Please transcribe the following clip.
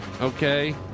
okay